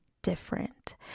different